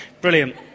brilliant